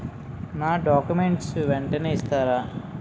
నా డాక్యుమెంట్స్ వెంటనే ఇస్తారా?